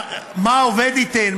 מה העובד ייתן?